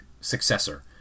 successor